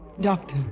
Doctor